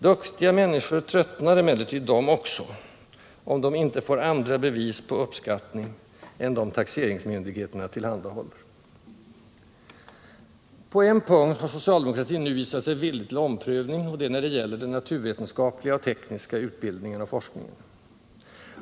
Duktiga människor tröttnar emellertid de också, om de inte får andra bevis på uppskattning än dem taxeringsmyndigheterna tillhandahåller. På en punkt har socialdemokratin nu visat sig villig till omprövning och det är när det gäller den naturvetenskapliga och tekniska utbildningen och forskningen.